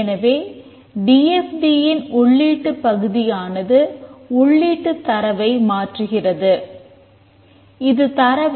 எனவே D F T ன் மையச் செயலாக்கப்